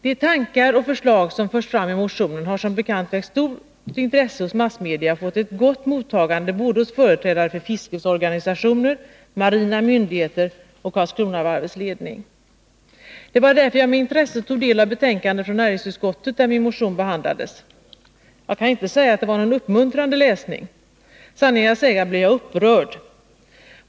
De tankar och förslag som förs fram i motionen har som bekant väckt stort intresse hos massmedia och fått ett gott mottagande bland företrädare för såväl fiskets organisationer, marina myndigheter som för Karlskronavarvets ledning. Det var därför jag med intresse tog del av det betänkande från näringsutskottet där min motion behandlades. Jag kan inte säga att det var någon uppmuntrande läsning. Sanningen att säga blev jag upprörd.